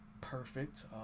perfect